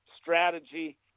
strategy